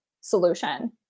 solution